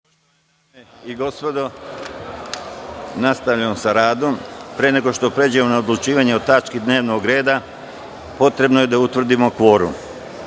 i gospodo nastavljamo sa radom. Pre nego što pređemo na odlučivanje o tački dnevnog reda, potrebno je da utvrdimo